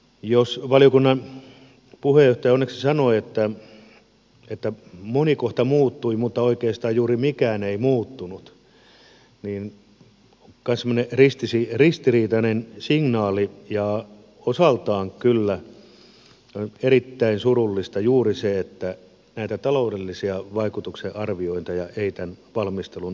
jos valiokunnan puheenjohtaja onneksi sanoi että moni kohta muuttui mutta oikeastaan juuri mikään ei muuttunut niin se on semmoinen ristiriitainen signaali ja osaltaan on kyllä erittäin surullista juuri se että näitä taloudellisten vaikutusten arviointeja ei tämän valmistelun alkuvaiheessa ollut